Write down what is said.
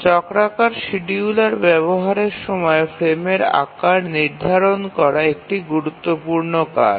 চক্রাকার শিডিয়ুলার ব্যবহারের সময় ফ্রেমের আকার নির্ধারণ করা একটি গুরুত্বপূর্ণ কাজ